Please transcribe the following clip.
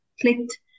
clicked